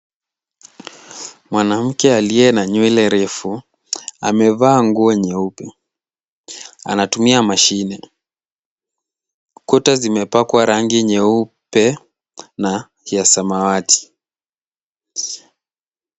Mwanamke aliye na nywele refu amevaa nguo nyeupe, anatumia mashine. Kuta zimepakwa rangi nyeupe na ya samawati.